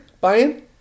buy-in